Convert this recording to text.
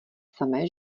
samé